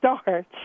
start